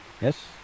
Yes